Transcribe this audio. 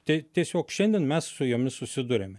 tai tiesiog šiandien mes su jomis susiduriame